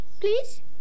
Please